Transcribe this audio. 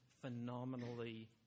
phenomenally